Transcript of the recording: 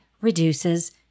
reduces